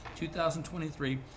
2023